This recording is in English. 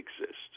exist